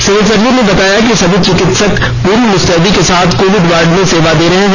civil surgeon ने बताया कि सभी चिकित्सक पूरी मुस्तैदी के साथ कोविड वार्ड में सेवा दे रहे हैं